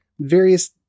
various